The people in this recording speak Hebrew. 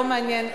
לא מעניין,